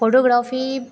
photography